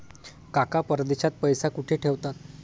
काका परदेशात पैसा कुठे ठेवतात?